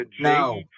no